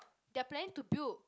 they are planning to build